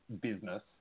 business